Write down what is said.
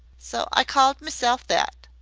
so i called mesself that.